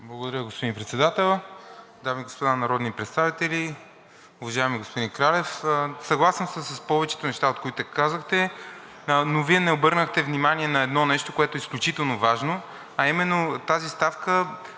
Благодаря, господин Председател. Дами и господа народни представители, уважаеми господин Кралев, съгласен съм с повечето неща, които казахте. Вие не обърнахте внимание на едно нещо, което е изключително важно, а именно тази ставка